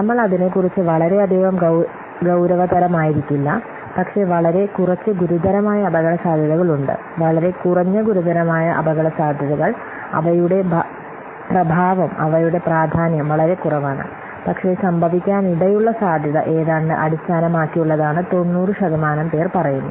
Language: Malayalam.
നമ്മൾ അതിനെക്കുറിച്ച് വളരെയധികം ഗൌരവതരമായിരിക്കില്ല പക്ഷേ വളരെ കുറച്ച് ഗുരുതരമായ അപകടസാധ്യതകളുണ്ട് വളരെ കുറഞ്ഞ ഗുരുതരമായ അപകടസാധ്യതകളുണ്ട് അവയുടെ പ്രഭാവം അവയുടെ പ്രാധാന്യം വളരെ കുറവാണ് പക്ഷേ സംഭവിക്കാനിടയുള്ള സാധ്യത ഏതാണ്ട് അടിസ്ഥാനമാക്കിയുള്ളതാണ് 90 ശതമാനം പേർ പറയുന്നു